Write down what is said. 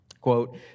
Quote